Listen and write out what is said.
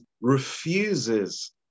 refuses